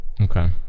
Okay